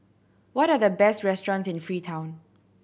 what are the best restaurants in Freetown